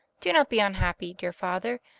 do not be unhappy, dear father,